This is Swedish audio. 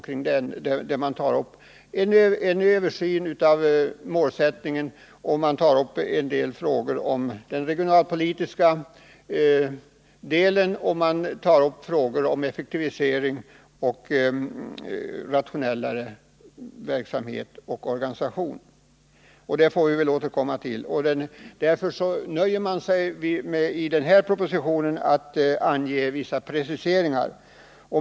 Utredningen tar upp en översyn av målsättningen, en del frågor om den regionalpolitiska delen samt frågor om en effektivisering av verksamhet och organisation. I denna proposition nöjer man sig därför med att ange vissa preciseringar.